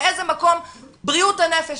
באיזה מקום בריאות הנפש,